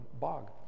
bog